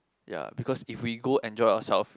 ya because if we go enjoy ourself